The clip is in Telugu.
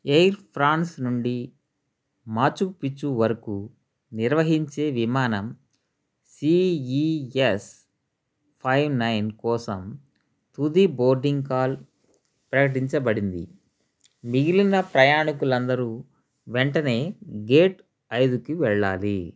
ఎయిర్ ఫ్రాన్స్ నుండి మాచు పీచ్చు వరకు నిర్వహించే విమానం C E S five nine కోసం తుది బోర్డింగ్ కాల్ ప్రకటించబడింది మిగిలిన ప్రయాణికులందరు వెంటనే గేట్ ఐదుకి వెళ్ళాలి